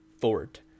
fort